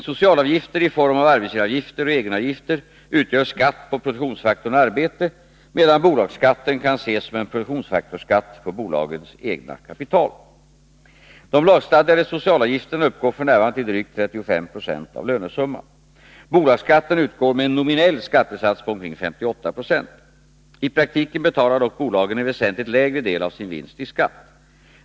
Socialavgifter i form av arbetsgivaravgifter och egenavgifter utgör skatt på produktionsfaktorn arbete, medan bolagsskatten kan ses som en produktionsfaktorsskatt på bolagens egna kapital. De lagstadgade socialavgifterna uppgår f. n. till drygt 35 96 av lönesumman. Bolagsskatten utgår med en nominell skattesats på omkring 58 96. I praktiken betalar dock bolagen en väsentligt lägre del av sin vinst i skatt.